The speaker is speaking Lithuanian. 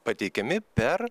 pateikiami per